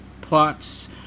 plots